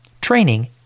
training